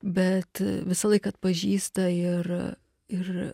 bet visąlaik atpažįsta ir ir